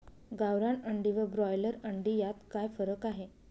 गावरान अंडी व ब्रॉयलर अंडी यात काय फरक आहे?